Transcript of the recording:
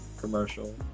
Commercial